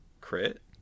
Crit